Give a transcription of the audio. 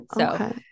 okay